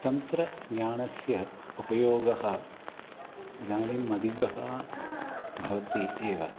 तन्त्रज्ञानस्य उपयोगः इदानीम् अधिकः भवति एव